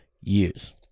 years